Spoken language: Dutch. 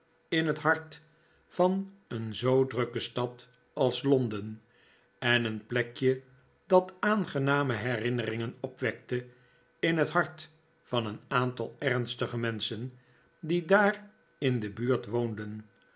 in het hart van een zoo drukke stad als londen en een plekje dat aangename herinneringen opwekte in het hart van een aantal ernstige menschen die daar in de buurt woonden